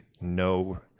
no